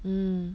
mm